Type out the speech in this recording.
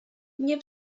nie